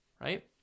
right